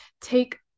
take